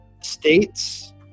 States